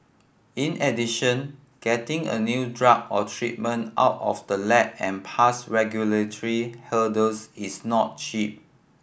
in addition getting a new drug or treatment out of the lab and past regulatory hurdles is not cheap